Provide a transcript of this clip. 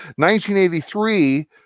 1983